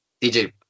DJ